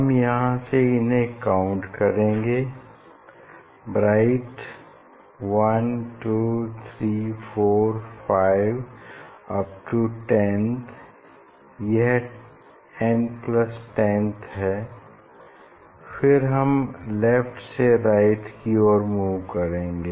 हम यहाँ से इन्हें काउंट करेंगे ब्राइट 1 2 3 4 5 अप टू 10th यह n10th है फिर हम लेफ्ट से राइट की ओर मूव करेंगे